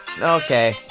Okay